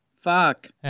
Fuck